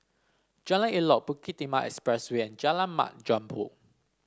Jalan Elok Bukit Timah Expressway and Jalan Mat Jambol